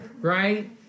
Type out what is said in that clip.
Right